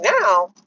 now